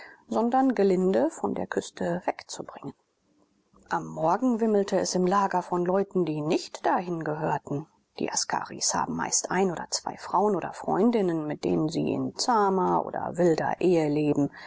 sondern gelinde von der küste wegzubringen am morgen wimmelte es im lager von leuten die nicht dahin gehörten die askaris haben meist eine oder zwei frauen oder freundinnen mit denen sie in zahmer oder wilder ehe leben